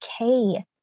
okay